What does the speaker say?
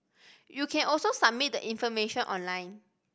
you can also submit the information online